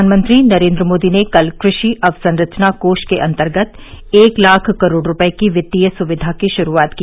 प्रधानमंत्री नरेन्द्र मोदी ने कल कृषि अवसंरचना कोष के अंतर्गत एक लाख करोड़ रूपये की वित्तीय सुविधा की श्रूआत की